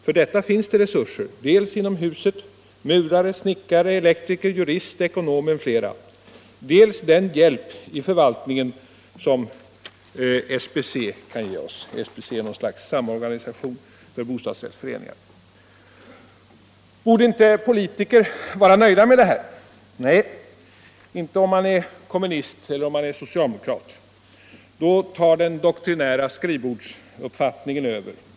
För detta finns det resurser dels inom huset: murare, snickare, elektriker, jurist, ekonom m.fl., dels den hjälp i förvaltningen som SBC kan ge oss.” — SBC är något slags samorganisation för bostadsrättsföreningar. Borde inte politiker vara nöjda med detta? Nej, inte om man är kommunist eller om man är socialdemokrat! Då tar den doktrinära skrivbordsuppfattningen över förnuftet.